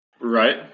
Right